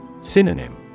Synonym